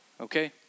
okay